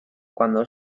cuando